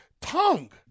tongue